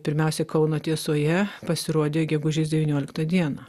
pirmiausia kauno tiesoje pasirodė gegužės devynioliktą dieną